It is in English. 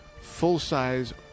full-size